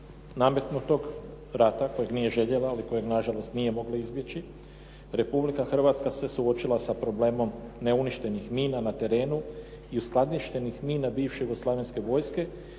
nametnutog rata kojeg nije željela ali kojeg nažalost nije mogla izbjeći Republika Hrvatska se suočila sa problemom neuništenih mina na terenu i uskladištenih mina bivše jugoslavenske vojske